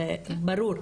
זה ברור,